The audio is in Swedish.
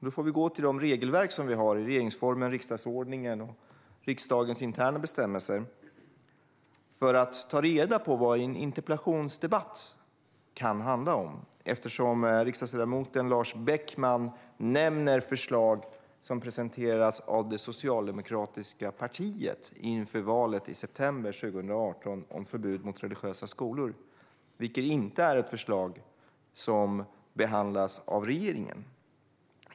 Nu får vi gå till de regelverk vi har - regeringsformen, riksdagsordningen och riksdagens interna bestämmelser - för att ta reda på vad en interpellationsdebatt kan handla om, eftersom riksdagsledamoten Lars Beckman nämner förslag som presenteras av det socialdemokratiska partiet inför valet i september 2018 och som handlar om förbud mot religiösa skolor. Det är inte ett förslag som behandlas av regeringen.